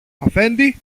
αφέντη